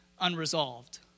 unresolved